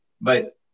But-